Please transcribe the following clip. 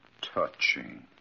touching